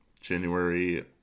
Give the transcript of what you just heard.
january